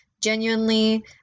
genuinely